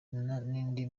n’indi